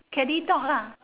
catty dog lah